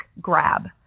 grab